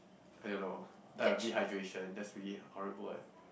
I don't know die of dehydration that's really horrible eh